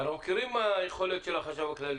אנחנו מכירים את היכולות של החשב הכללי.